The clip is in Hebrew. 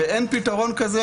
באין פתרון כזה,